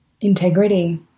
Integrity